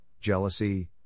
jealousy